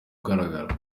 ugaragara